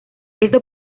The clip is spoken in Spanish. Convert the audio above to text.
esto